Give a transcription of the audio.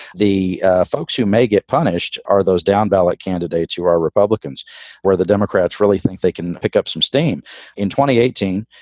the folks who may get punished are those down ballot candidates who are republicans or the democrats really think they can pick up some steam in eighteen.